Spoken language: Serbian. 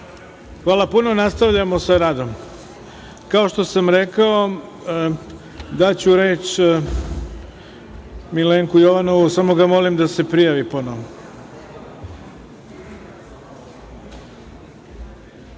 puno. Nastavljamo sa radom. Kao što sam rekao, daću reč Milenku Jovanovu, samo ga molim da se prijavi ponovo.